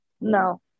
No